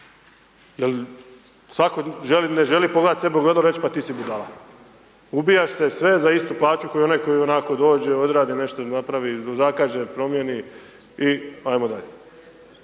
svatko ne želi pogledati sebe u ogledalo i reći pa ti si budala, ubijaš se i sve za istu plaću kao i onaj koji ionako dođe odradi nešto, napravi, zakaže, promijeni i ajmo dalje.